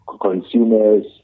consumers